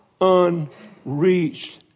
unreached